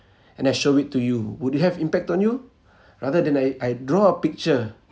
and I show it to you would it have impact on you rather than I I draw a picture